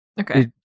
Okay